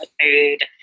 food